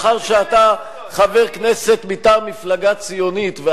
מאחר שאתה חבר כנסת מטעם מפלגה ציונית,